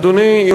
אדוני,